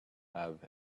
have